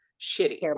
shitty